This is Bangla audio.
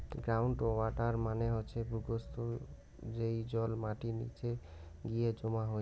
গ্রাউন্ড ওয়াটার মানে হসে ভূর্গভস্থ, যেই জল মাটির নিচে গিয়ে জমা হই